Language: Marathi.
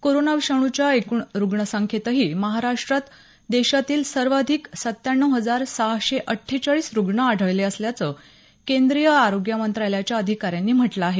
कोरोना विषाणूच्या एकूण रुग्ण संख्येतही महाराष्ट्रात देशातील सर्वाधिक सत्त्याण्णव हजार सहाशे अठ्ठेचाळीस रुग्ण आढळले असल्याचं केंद्रीय आरोग्य मंत्रालयाच्या अधिकाऱ्यांनी म्हटलं आहे